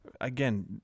Again